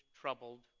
troubled